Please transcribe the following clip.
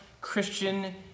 Christian